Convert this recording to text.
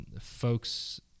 folks